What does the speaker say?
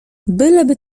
byleby